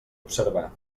observar